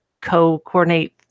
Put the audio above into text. co-coordinate